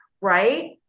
right